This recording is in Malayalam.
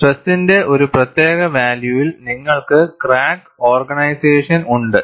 സ്ട്രെസ്സിന്റെ ഒരു പ്രത്യേക വാല്യൂവിൽ നിങ്ങൾക്ക് ക്രാക്ക് ഓർഗനൈസേഷൻ ഉണ്ട്